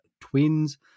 Twins